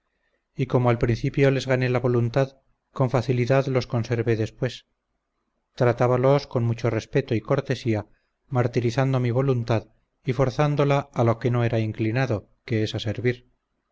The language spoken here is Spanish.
y como al principio les gané la voluntad con facilidad los conservé después tratabalos con mucho respeto y cortesía martirizando mi voluntad y forzándola a lo que no era inclinado que es a servir